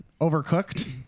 Overcooked